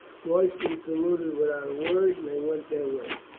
royston saluted without a word, and they went their way.